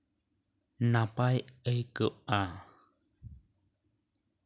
ᱱᱟᱯᱟᱭ ᱟᱹᱭᱠᱟᱹᱜᱼᱟ